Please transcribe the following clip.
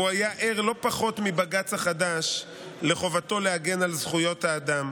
והוא היה ער לא פחות מבג"ץ החדש לחובתו להגן על זכויות האדם.